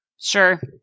Sure